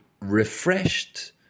refreshed